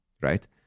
right